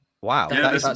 Wow